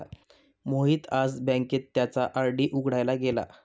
मोहित आज बँकेत त्याचा आर.डी उघडायला गेला